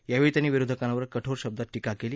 यावेळी त्यांनी विरोधकांवर कठोर शब्दात टिका केली